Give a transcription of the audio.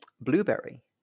Blueberry